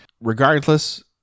Regardless